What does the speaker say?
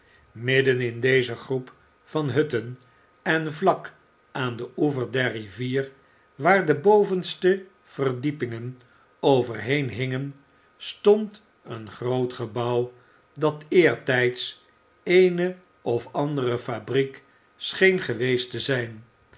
in deze groep van hutten en vlak aan den oever der rivier waar de bovenste verdiepingen overheen hingen stond een groot gebouw dat eertijds eene of andere fabriek scheen geweest te zijn